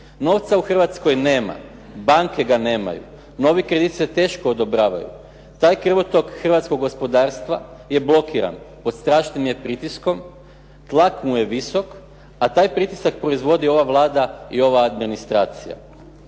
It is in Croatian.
Novca u Hrvatskoj nema, banke ga nemaju, novi krediti se teško odobravaju. Taj krvotok Hrvatskog gospodarstva je blokiran, pod strašnim je pritiskom, tlak mu je visok a taj pritisak proizvodi ova Vlada i ova administracija.